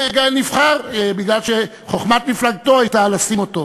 נבחר, בגלל שחוכמת מפלגתו הייתה לשים אותו.